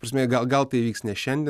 ta prasme gal gal tai įvyks ne šiandien